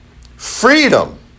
Freedom